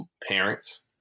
parents